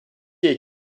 est